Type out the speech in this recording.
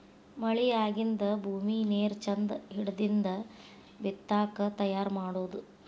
ಮಳಿ ಆಗಿಂದ ಭೂಮಿ ನೇರ ಚಂದ ಹಿಡದಿಂದ ಬಿತ್ತಾಕ ತಯಾರ ಮಾಡುದು